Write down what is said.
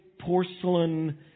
porcelain